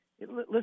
listen